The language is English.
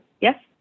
Yes